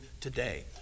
today